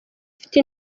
ufite